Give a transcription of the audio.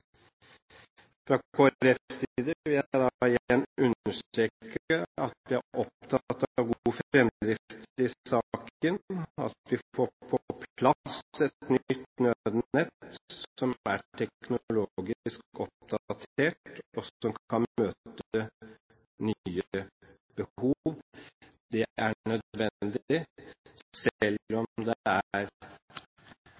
vi er oppatt av god fremdrift i saken, og at vi får på plass et nytt nødnett som er teknologisk oppdatert, og som kan møte nye behov. Det er